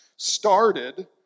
started